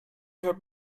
her